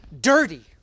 dirty